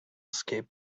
escape